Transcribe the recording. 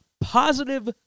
positive